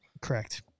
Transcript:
Correct